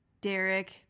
Derek